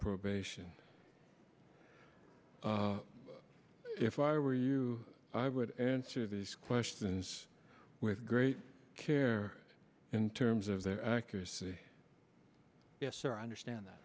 probation if i were you i would answer these questions with great care in terms of their accuracy yes sir i understand